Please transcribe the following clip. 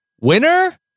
winner